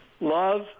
Love